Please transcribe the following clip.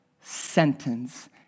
sentence